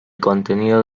contenido